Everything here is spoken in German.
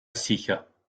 sicher